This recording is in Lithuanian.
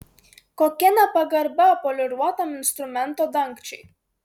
kokia nepagarba poliruotam instrumento dangčiui